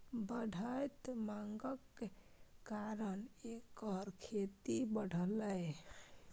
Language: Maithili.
बढ़ैत मांगक कारण एकर खेती बढ़लैए